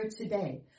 today